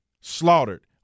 slaughtered